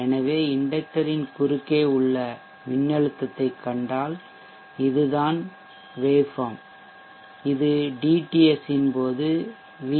எனவே இண்டக்டர் இன் குறுக்கே உள்ள மின்னழுத்தத்தைக் கண்டால் இதுதான் வேவ்ஃபாம்அலைவடிவம் இது dTS ன் போது வி